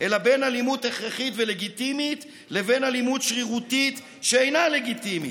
אלא בין אלימות הכרחית ולגיטימית לבין אלימות שרירותית שאינה לגיטימית.